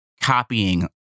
copying